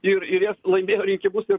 ir ir jie laimėjo rinkimus ir